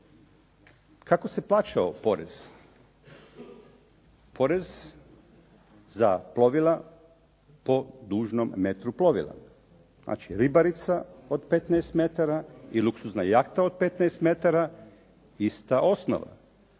Kako se plaćao porez? Porez za plovila po dužnom metru plovila. Znači ribarica od 15 metara i luksuzna jahta od 15 metara, ista osnova.